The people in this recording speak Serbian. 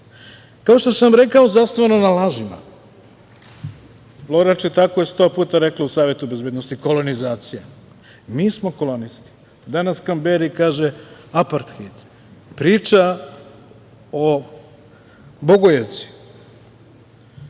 kao što sam rekao, zasnovao na lažima. Flora Čitaku je sto puta rekla u Savetu bezbednosti - kolonizacija. Mi smo kolonisti. Danas Kamberi kaže - aparthejd. Priča o Bogojevci.